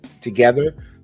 together